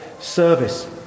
service